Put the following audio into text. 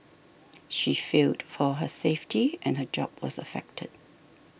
she feared for her safety and her job was affected